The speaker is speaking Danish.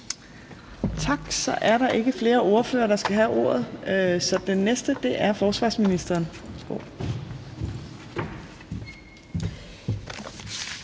Tak. Så er der ikke flere ordførere, der skal have ordet. Så den næste er forsvarsministeren.